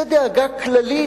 זאת דאגה כללית,